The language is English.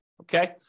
okay